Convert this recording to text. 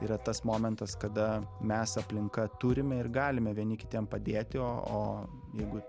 yra tas momentas kada mes aplinka turime ir galime vieni kitiem padėti o o jeigu